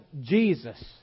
Jesus